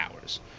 hours